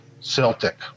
Celtic